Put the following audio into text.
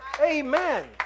amen